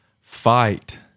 fight